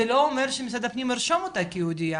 זה לא אומר שמשרד הפנים ירשום אותה כיהודייה,